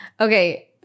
okay